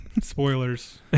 Spoilers